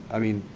i mean,